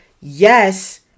yes